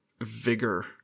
vigor